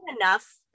Enough